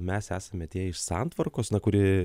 mes esame tie iš santvarkos na kuri